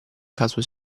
caso